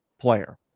player